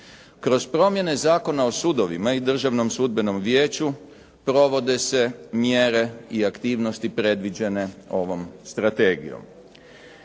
Kroz promjene Zakona o sudovima i državnom sudbenom vijeću provode se mjere i aktivnosti predviđene ovom strategijom.